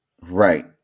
Right